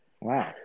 wow